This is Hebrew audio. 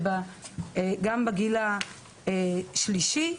וגם בגיל השלישי.